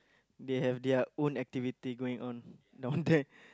they have their own activity going on down there